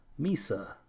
Misa